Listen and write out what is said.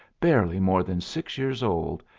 barely more than six years old,